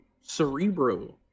Cerebro